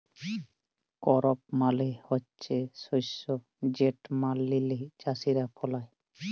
করপ মালে হছে শস্য যেট মাটিল্লে চাষীরা ফলায়